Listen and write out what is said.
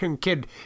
kid